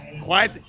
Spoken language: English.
quiet